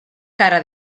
cara